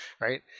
right